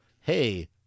hey